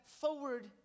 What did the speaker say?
forward